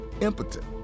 impotent